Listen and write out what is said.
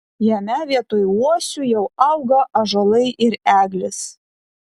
jame vietoj uosių jau auga ąžuolai ir eglės